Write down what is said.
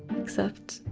except,